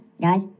guys